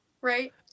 right